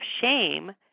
shame